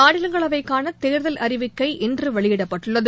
மாநிலங்களவைக்கான தேர்தல் அறிவிக்கை இன்று வெளியிடப்பட்டுள்ளது